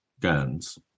guns